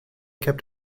kept